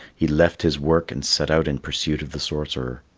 he left his work and set out in pursuit of the sorcerer.